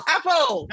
Apple